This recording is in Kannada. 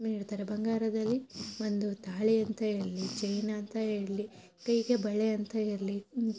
ನೀಡ್ತಾರೆ ಬಂಗಾರದಲ್ಲಿ ಒಂದು ತಾಳಿ ಅಂತ ಹೇಳಲಿ ಚೈನ್ ಅಂತ ಹೇಳಲಿ ಕೈಗೆ ಬಳೆ ಅಂತ ಇರಲಿ